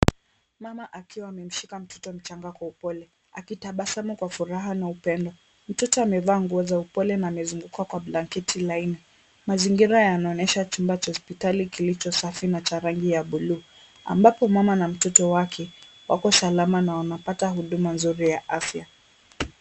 Mama akiwa amemshika mtoto mchanga kwa upole akitabasamu kwa furaha na upendo. Mtoto amevaa nguo za upole na amezungukwa kwa blanketi laini. Mazingira yanaonyesha chumba cha hospitali kilicho safi na cha rangi ya blue ambapo mama na mtoto wake wako salama na wanapata huduma nzuri ya afya.